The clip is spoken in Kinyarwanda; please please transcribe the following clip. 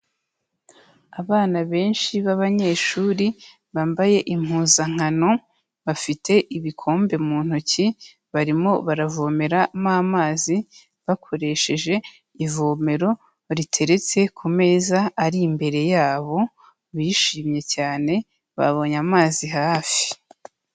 Abana benshi b'abanyeshuri bambaye impuzankano bafite ibikombe mu ntoki, barimo baravomeramo amazi bakoresheje ivomero riteretse ku meza ari imbere yabo, bishimye cyane babonye amazi hafi.